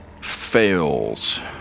Fails